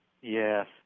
Yes